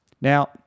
Now